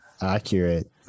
accurate